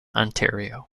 ontario